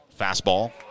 Fastball